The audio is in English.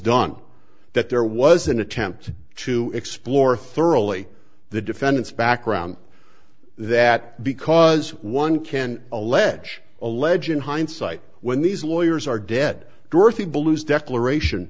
done that there was an attempt to explore thoroughly the defendant's background that because one can allege allege in hindsight when these lawyers are dead dorothy bellew's declaration